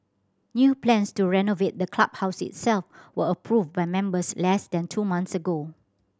new plans to renovate the clubhouse itself were approved by members less than two months ago